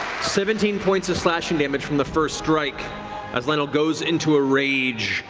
seventeen points of slashing damage from the first strike as lionel goes into a rage,